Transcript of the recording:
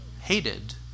hated